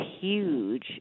huge